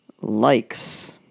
likes